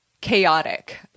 chaotic